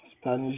Spanish